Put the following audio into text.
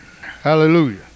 hallelujah